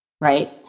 Right